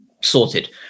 Sorted